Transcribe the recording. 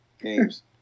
Games